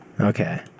Okay